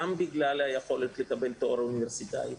גם בגלל היכולת לקבל תואר אוניברסיטאי,